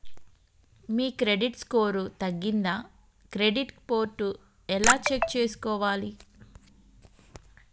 మీ credit score తగ్గిందా credit report ఎలా check చేసుకోవాలి?